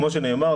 כמו שנאמר,